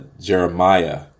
Jeremiah